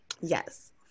yes